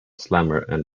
sherpa